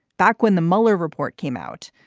back when the mueller report came out,